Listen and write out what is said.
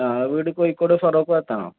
ആ വീട് കോഴിക്കോട് ഫാറൂക്ക് ഭാഗത്താണോ